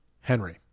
Henry